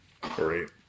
Great